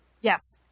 Yes